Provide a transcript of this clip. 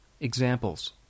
Examples